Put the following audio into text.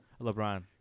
LeBron